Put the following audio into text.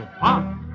pop